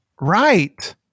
right